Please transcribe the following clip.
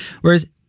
whereas